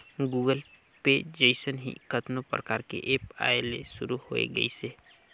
Google Pay जइसन ही कतनो परकार के ऐप आये ले शुरू होय गइसे